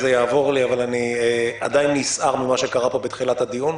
אבל אני עדיין נסער ממה שקרה פה בתחילת הדיון,